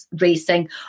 racing